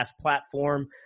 platform